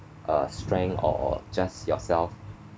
uh strength or just yourself